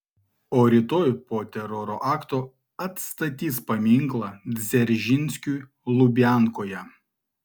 o rytoj po teroro akto atstatys paminklą dzeržinskiui lubiankoje